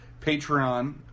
Patreon